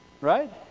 Right